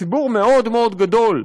ציבור מאוד מאוד גדול,